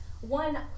one